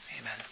Amen